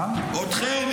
או שהוא ירד.